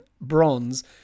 bronze